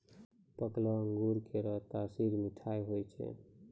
पकलो अंगूर केरो तासीर मीठा होय छै